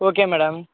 okay madam